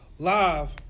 Live